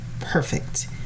perfect